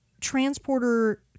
transporter